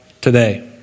today